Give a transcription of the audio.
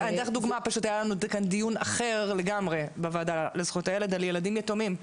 פשוט היה לנו דיון אחר לגמרי בוועדה לזכויות הילד על ילדים יתומים.